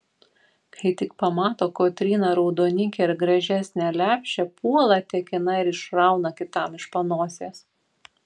kai tik pamato kotryna raudonikį ar gražesnę lepšę puola tekina ir išrauna kitam iš panosės